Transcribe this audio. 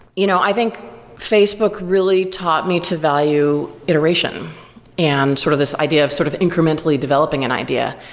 you know i think facebook really taught me to value iteration and sort of this idea of sort of incrementally developing an idea.